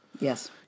Yes